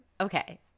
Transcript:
Okay